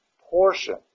portion